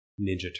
Ninja